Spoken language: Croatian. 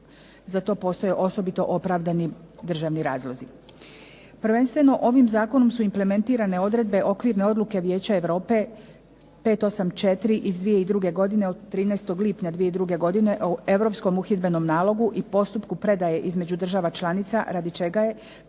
za to postoje osobito opravdani državni razlozi. Prvenstveno ovim zakonom su implementirane odredbe okvirne odluke Vijeća Europe 584 iz 2002. godine od 13. lipnja 2002. o Europskom uhidbenom nalogu i postupku predaje između država članica radi čega je